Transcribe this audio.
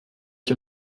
ich